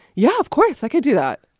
yeah, of course i could do that.